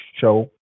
show